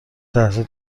تحصیل